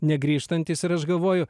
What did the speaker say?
negrįžtantys ir aš galvoju